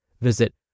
Visit